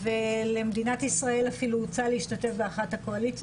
למדינת ישראל אפילו הוצע להשתתף באחת הקואליציה